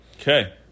Okay